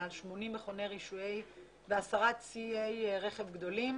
מעל 80 מכוני רישויי והסרת ציי רכב גדולים